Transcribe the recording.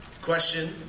question